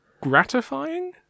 gratifying